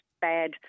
bad